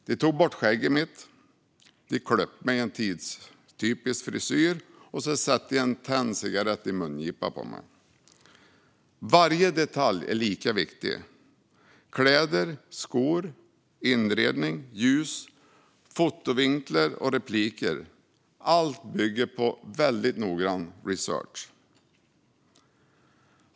De tog bort mitt skägg, klippte mig i en tidstypisk frisyr och satte en tänd cigarett i min mungipa. Varje detalj är lika viktig. Kläder, skor, inredning, ljus, fotovinklar och repliker bygger på väldigt noggrann research.